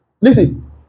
Listen